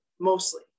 mostly